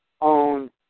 on